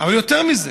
אבל יותר מזה.